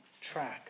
track